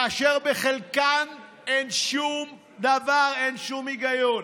כאשר בחלקן אין שום דבר, אין שום היגיון.